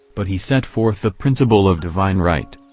but he set forth the principle of divine right.